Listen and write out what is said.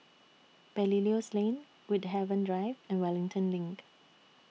Belilios Lane Woodhaven Drive and Wellington LINK